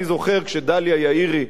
אני זוכר שדליה יאירי,